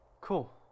Cool